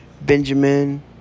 Benjamin